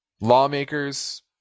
Lawmakers